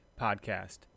podcast